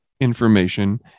information